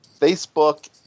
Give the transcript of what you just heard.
Facebook